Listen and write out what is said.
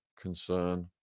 concern